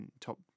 top